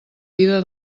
vida